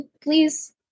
please